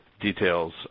details